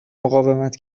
مقاومت